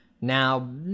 Now